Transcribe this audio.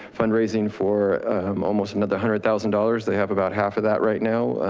fundraising for um almost another hundred thousand dollars. they have about half of that right now,